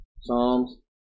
Psalms